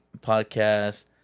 podcast